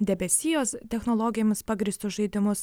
debesijos technologijomis pagrįstus žaidimus